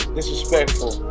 Disrespectful